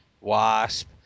Wasp